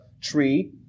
tree